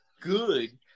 good